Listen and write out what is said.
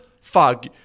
fog